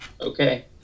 okay